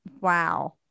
Wow